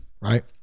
right